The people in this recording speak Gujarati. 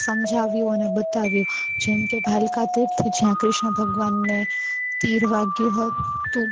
સમજાવ્યું અને બતાવ્યું જેમકે ભાલકા તિર્થ જ્યાં કૃષ્ણ ભગવાનને તીર વાગ્યું હતું